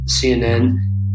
CNN